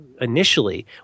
initially